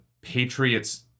Patriots